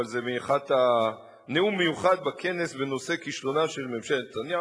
אבל זה בנאום מיוחד בכנס בנושא כישלונה של ממשלת נתניהו,